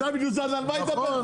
דוד אוזנה על מה הוא ידבר?